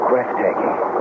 breathtaking